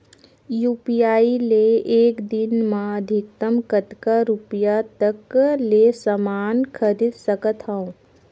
UPI ले एक दिन म अधिकतम कतका रुपिया तक ले समान खरीद सकत हवं?